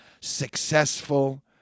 successful